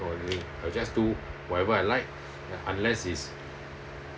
doing I will just do whatever I like unless it's